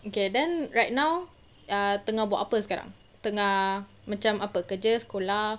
okay then right now err tengah buat apa sekarang tengah macam apa kerja sekolah